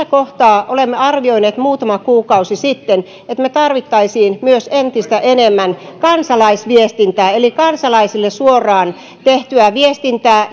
kohtaa olemme arvioineet muutama kuukausi sitten että me tarvitsisimme myös entistä enemmän kansalaisviestintää eli kansalaisille suoraan tehtyä viestintää